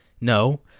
No